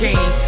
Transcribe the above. King